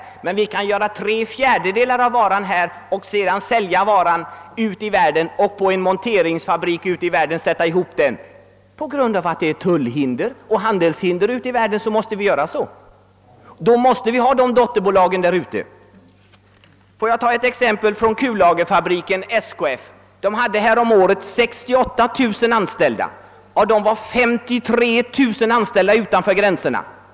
Men vi kan göra tre fjärdedelar av varan här, sälja den utomlands och sätta ihop den på en monteringsfabrik ute i världen. Vi måste göra så på grund av att det finns tullbinder och handelshinder ute i världen, och då måste vi ha dessa dotterbolag där ute. Får jag ta ett exempel från kullagerfabriken SKF. Häromåret hade fabriken 68 000 anställda. Av dem var 53 000 anställda utanför gränserna.